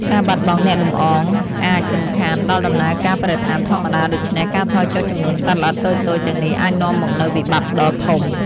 ការបាត់បង់អ្នកលំអងអាចរំខានដល់ដំណើរការបរិស្ថានធម្មតា ដូច្នេះ ការថយចុះចំនួនសត្វល្អិតតូចៗទាំងនេះអាចនាំមកនូវវិបត្តិដ៏ធំ។